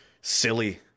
silly